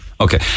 okay